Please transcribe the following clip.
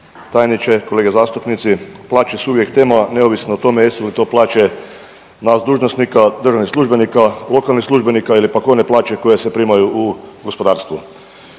tajniče, kolege zastupnici plaće su uvijek tema neovisno o tome jesu li to plaće nas dužnosnika, državnih službenik, lokalnih službenika ili pak one plaće koje se primaju u gospodarstvu.